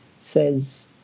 says